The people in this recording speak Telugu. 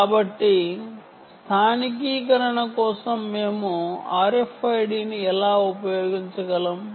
కాబట్టి స్థానికీకరణ కోసం మేము RFID ని ఎలా ఉపయోగించగలం